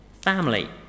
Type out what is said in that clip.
family